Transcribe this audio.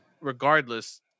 regardless